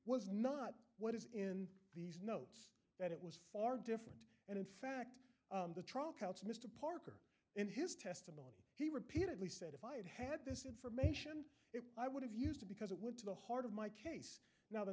was not what is in these notes that it was far different and in fact the trial counts mr parker in his testimony he repeatedly said if i had had this information if i would have used to because it would to the heart of my case now the